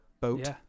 boat